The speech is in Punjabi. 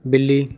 ਬਿੱਲੀ